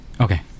Okay